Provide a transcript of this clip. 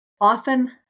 often